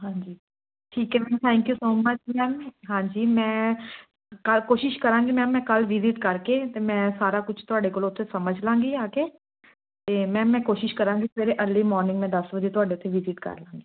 ਹਾਂਜੀ ਠੀਕ ਹੈ ma'am thank you so much ma'am ਹਾਂਜੀ ਮੈਂ ਕ ਕੋਸ਼ਿਸ਼ ਕਰਾਂਗੀ ਮੈਮ ਮੈਂ ਕੱਲ੍ਹ ਵਿਜਿਟ ਕਰਕੇ ਅਤੇ ਮੈਂ ਸਾਰਾ ਕੁਛ ਤੁਹਾਡੇ ਕੋਲੋਂ ਉੱਥੇ ਸਮਝ ਲਵਾਂਗੀ ਆ ਕੇ ਅਤੇ ਮੈਮ ਮੈਂ ਕੋਸ਼ਿਸ਼ ਕਰਾਂਗੀ ਸਵੇਰੇ ਅਰਲੀ ਮੋਰਨਿੰਗ ਮੈਂ ਦਸ ਵਜੇ ਤੁਹਾਡੇ ਉੱਥੇ ਵਿਜਿਟ ਕਰ ਲਵਾਂਗੀ